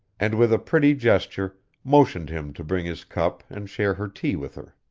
and with a pretty gesture, motioned him to bring his cup and share her tea with her.